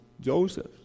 Joseph